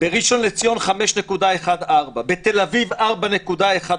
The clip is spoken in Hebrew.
בראשון לציון 5.14, בתל אביב 4.15,